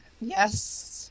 yes